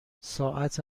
ساعت